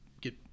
get